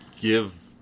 give